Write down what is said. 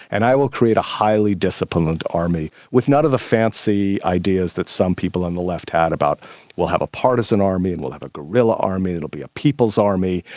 and i will create a highly disciplined army with none of the fancy ideas that some people on the left had about we will have a partisan army and we'll have a guerrilla army, it will be a people's army,